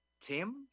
Tim